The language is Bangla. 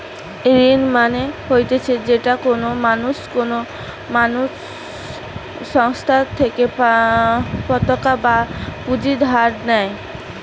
ঋণ মানে হতিছে যেটা কোনো মানুষ কোনো সংস্থার থেকে পতাকা বা পুঁজি ধার নেই